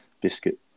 Biscuit